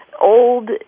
old